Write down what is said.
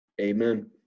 Amen